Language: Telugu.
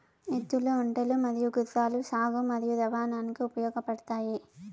ఎద్దులు, ఒంటెలు మరియు గుర్రాలు సాగు మరియు రవాణాకు ఉపయోగపడుతాయి